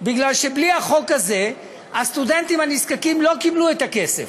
כי בלי החוק הזה הסטודנטים הנזקקים לא קיבלו את הכסף.